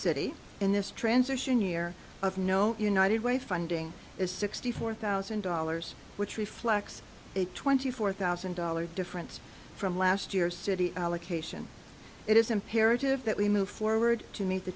city in this transition year of no united way funding is sixty four thousand dollars which reflects a twenty four thousand dollars difference from last year's city allocation it is imperative that we move forward to meet the